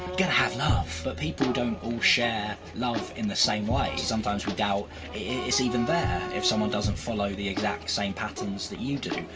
gotta have love! but people don't all share love in the same way. sometimes we doubt it's even there, if someone doesn't follow the exact same patterns that you do,